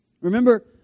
Remember